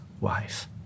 wife